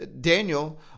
Daniel